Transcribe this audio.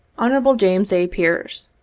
hon. james a. pearce,